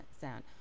sound